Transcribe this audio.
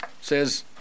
says